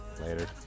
later